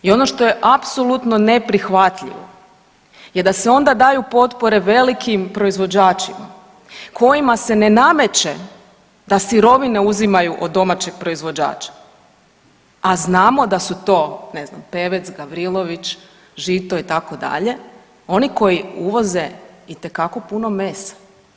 I ono što je apsolutno neprihvatljivo je da se onda daju potpore velikim proizvođačima kojima se ne nameće da sirovine uzimaju od domaćeg proizvođača, a znamo da su to ne znam Pevec, Gavrilović, Žito itd., oni koji uvoze itekako puno mesa.